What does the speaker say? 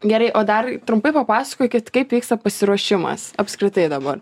gerai o dar trumpai papasakokit kaip vyksta pasiruošimas apskritai dabar